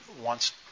wants